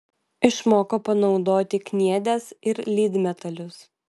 išmoko panaudoti kniedes ir lydmetalius